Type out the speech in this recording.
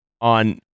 on